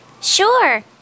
Sure